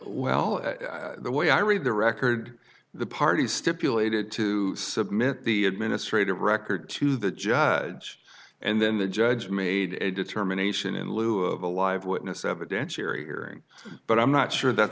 well the way i read the record the parties stipulated to submit the administrative record to the judge and then the judge made a determination in lieu of a live witness evidence here earring but i'm not sure that